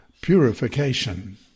purification